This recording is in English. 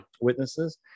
witnesses